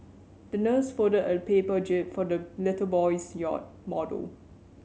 the nurse folded a paper jib for the little boy's yacht model